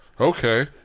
Okay